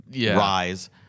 rise